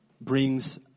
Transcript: brings